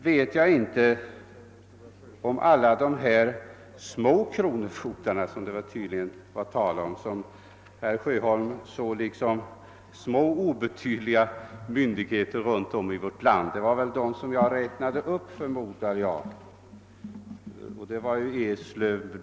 : Vidare finns det runt om i vårt land en mängd kronofogdar, som herr Sjöholm tycks betrakta som små och obetydliga myndigheter. Jag förmodar att det var dem som jag räknade upp när jag bl.a. talade om Eslöv.